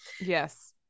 Yes